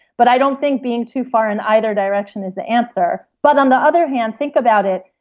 but i don't think being too far in either direction is the answer. but on the other hand, think about it,